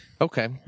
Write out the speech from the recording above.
Okay